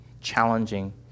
challenging